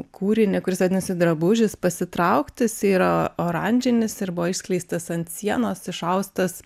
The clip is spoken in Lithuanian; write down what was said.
kūrinį kuris vadinasi drabužis pasitraukt jisai yra oranžinis ir buvo išskleistas ant sienos išaustas